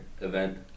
event